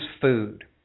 food